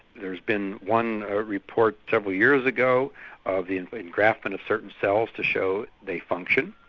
there has been one report several years ago of an engraftment of certain cells to show they function.